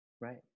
Right